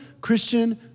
Christian